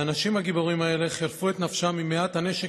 האנשים הגיבורים האלה חירפו את נפשם עם מעט הנשק